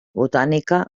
botànica